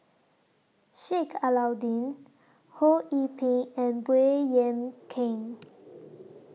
Sheik Alau'ddin Ho Yee Ping and Baey Yam Keng